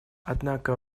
однако